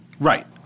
Right